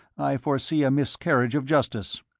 i foresee a miscarriage of justice.